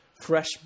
fresh